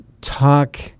talk